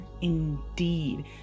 indeed